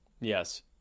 Yes